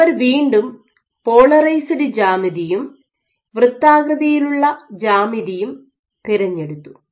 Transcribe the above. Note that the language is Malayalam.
അവർ വീണ്ടും പോളറൈസ്ഡ് ജ്യാമിതിയും വൃത്താകൃതിയിലുള്ള ജ്യാമിതിയും തിരഞ്ഞെടുത്തു